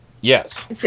Yes